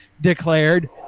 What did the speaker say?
declared